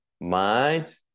mind